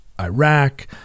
Iraq